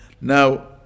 Now